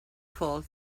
fall